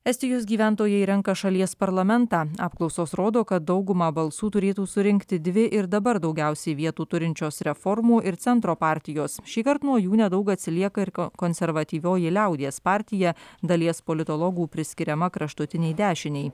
estijos gyventojai renka šalies parlamentą apklausos rodo kad daugumą balsų turėtų surinkti dvi ir dabar daugiausiai vietų turinčios reformų ir centro partijos šįkart nuo jų nedaug atsilieka ir konservatyvioji liaudies partija dalies politologų priskiriama kraštutinei dešinei